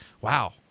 Wow